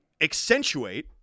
accentuate